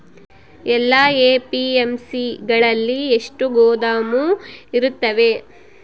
ಎಲ್ಲಾ ಎ.ಪಿ.ಎಮ್.ಸಿ ಗಳಲ್ಲಿ ಎಷ್ಟು ಗೋದಾಮು ಇರುತ್ತವೆ?